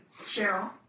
Cheryl